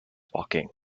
walking